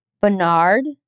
Bernard